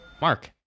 mark